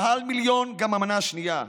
מעל מיליון, גם את המנה השנייה.